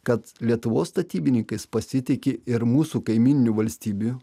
kad lietuvos statybininkais pasitiki ir mūsų kaimyninių valstybių